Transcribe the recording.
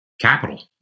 capital